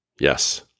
yes